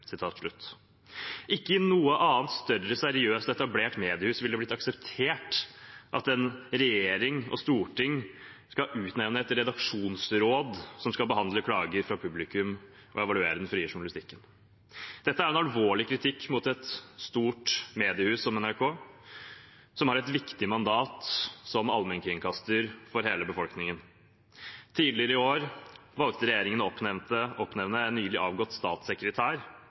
Ikke i noe annet større, seriøst og etablert mediehus ville det blitt akseptert at regjering og storting skulle oppnevne et «redaksjonsråd» som skulle behandle klager fra publikum og evaluere den frie journalistikken.» Dette er en alvorlig kritikk mot et stort mediehus som NRK, som har et viktig mandat som allmennkringkaster for hele befolkningen. Tidligere i år valgte regjeringen å oppnevne en nylig avgått statssekretær